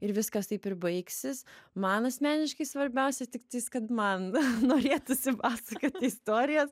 ir viskas taip ir baigsis man asmeniškai svarbiausia tiktais kad man norėtųsi pasakoti istorijas